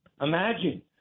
Imagine